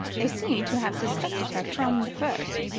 they seem to have suspected her from the first,